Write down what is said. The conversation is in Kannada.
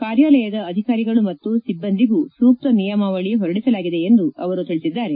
ಕಾರ್ಯಾಲಯದ ಅಧಿಕಾರಿಗಳು ಮತ್ತು ಸಿಬ್ಬಂದಿಗೂ ಸೂಕ್ತ ನಿಯಮಾವಳಿ ಹೊರಡಿಸಲಾಗಿದೆ ಎಂದು ತಿಳಿಸಿದ್ದಾರೆ